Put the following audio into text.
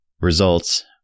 Results